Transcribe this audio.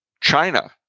China